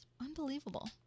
Unbelievable